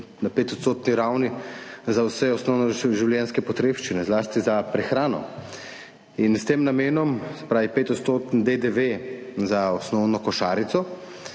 na 5-% ravni za vse osnovne življenjske potrebščine, zlasti za prehrano. In s tem namenom, se pravi 5-% DDV za osnovno košarico,